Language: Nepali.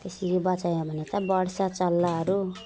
त्यसरी बचायो भने त बढ्छ चल्लाहरू